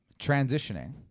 Transitioning